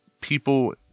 people